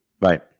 Right